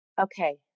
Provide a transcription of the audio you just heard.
Okay